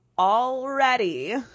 Already